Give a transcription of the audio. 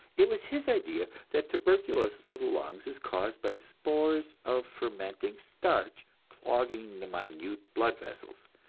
it was his idea that tuberculosis of the lungs is caused by spores of fermenting starch clogging the minute blood vessels.